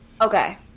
okay